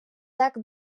так